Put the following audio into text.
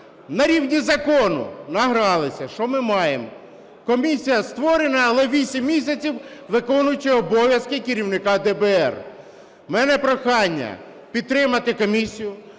на рівні закону. Награлися. Що ми маємо. Комісія створена, але вісім місяців виконуючий обов'язки керівника ДБР. У мене прохання підтримати комісію,